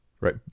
right